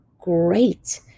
great